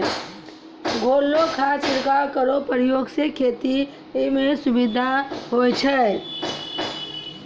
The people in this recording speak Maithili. घोललो खाद छिड़काव केरो प्रयोग सें खेती म सुविधा होय छै